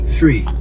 Three